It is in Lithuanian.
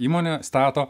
įmonė stato